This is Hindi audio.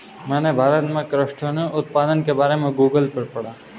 मैंने भारत में क्रस्टेशियन उत्पादन के बारे में गूगल पर पढ़ा